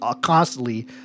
constantly